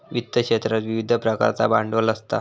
वित्त क्षेत्रात विविध प्रकारचा भांडवल असता